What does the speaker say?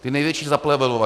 Ti největší zaplevelovači.